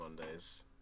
Mondays